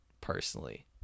personally